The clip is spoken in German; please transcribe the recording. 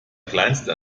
kleinster